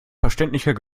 verständlicher